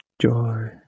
Joy